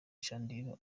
chandiru